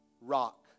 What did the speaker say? rock